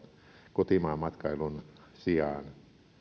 kotimaanmatkailun sijaan